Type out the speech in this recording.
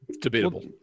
debatable